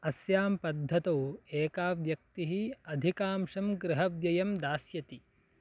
अस्यां पद्धतौ एका व्यक्तिः अधिकांशं गृहव्ययं दास्यति